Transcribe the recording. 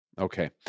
Okay